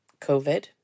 COVID